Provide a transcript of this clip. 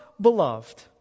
beloved